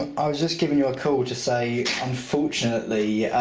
um. i was just giving you a call to say. unfortunately,